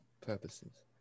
purposes